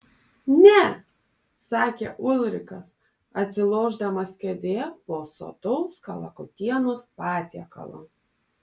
ne sakė ulrikas atsilošdamas kėdėje po sotaus kalakutienos patiekalo